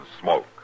smoke